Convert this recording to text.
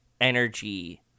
energy